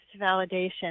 validation